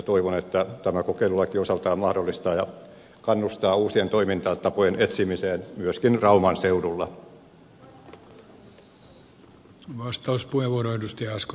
toivon että tämä kokeilulaki osaltaan mahdollistaa ja kannustaa uusien toimintatapojen etsimiseen myöskin rauman seudulla